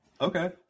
Okay